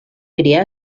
criar